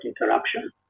interruption